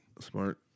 Smart